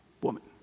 woman